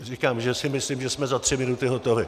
Říkám, že si myslím, že jsme za tři minuty hotovi.